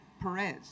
Perez